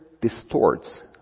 distorts